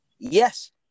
Yes